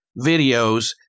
videos